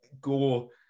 go